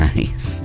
Nice